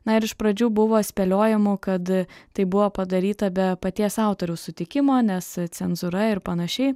na ir iš pradžių buvo spėliojimų kad tai buvo padaryta be paties autoriaus sutikimo nes cenzūra ir panašiai